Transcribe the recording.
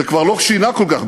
זה כבר לא שינה כל כך.